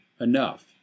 enough